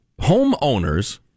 homeowners